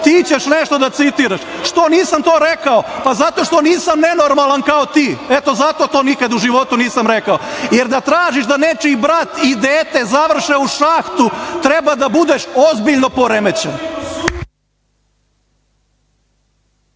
Ti ćeš nešto da citiraš. Što nisam to rekao? Zato što nisam nenormalan kao ti. Zato nikada u životu nisam rekao, jer da tražiš da nečiji brat i dete završe u šahtu treba da budeš ozbiljno poremećen.